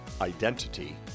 identity